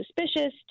suspicious